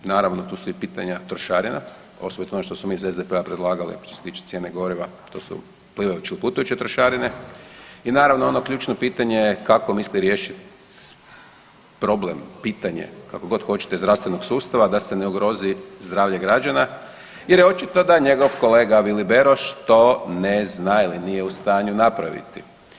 Naravno tu su i pitanja trošarina, osobito ono što smo mi iz SDP-a predlagali, što se tiče cijene goriva, to su plivajuće ili plutajuće trošarine i naravno ono ključno pitanje kako misli riješiti problem, pitanje, kako god hoćete, zdravstvenog sustava, da se ne ugrozi zdravlje građana, jer je očito da njegov kolega Vili Beroš to ne zna ili nije u stanju napraviti.